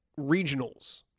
regionals